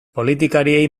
politikariei